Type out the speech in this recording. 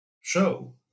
show